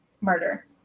murder